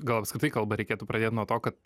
gal apskritai kalbą reikėtų pradėt nuo to kad